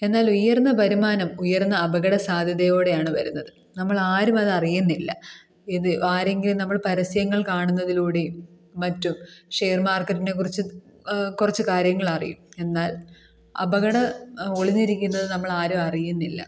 എന്നാൽ ഉയർന്ന വരുമാനം ഉയർന്ന അപകട സാധ്യതയോടെയാണ് വരുന്നത് നമ്മൾ ആരും അത് അറിയുന്നില്ല ഇത് ആരെങ്കിലും നമ്മൾ പരസ്യങ്ങൾ കാണുന്നതിലൂടെയും മറ്റും ഷെയർ മാർക്കറ്റിനെക്കുറിച്ച് കുറച്ച് കാര്യങ്ങൾ അറിയും എന്നാൽ അപകടം ഒളിഞ്ഞിരിക്കുന്നത് നമ്മളാരും അറിയുന്നില്ല